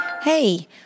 Hey